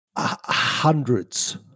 hundreds